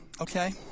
okay